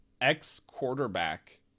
ex-quarterback